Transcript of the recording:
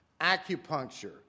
acupuncture